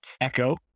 echo